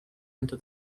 into